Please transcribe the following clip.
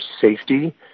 safety